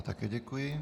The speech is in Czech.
Také děkuji.